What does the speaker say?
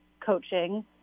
coaching